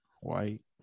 white